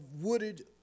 wooded